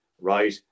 right